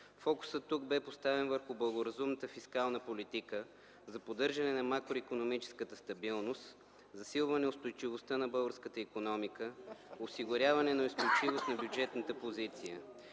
Фокусът тук бе поставен върху благоразумната фискална политика за поддържане на макроикономическата стабилност, засилване устойчивостта на българската икономика, осигуряване на устойчивост на бюджетната позиция.